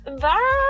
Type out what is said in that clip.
Bye